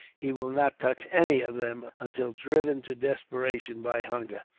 he will not touch any of them, until driven to desperation by hunger.